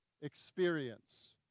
experience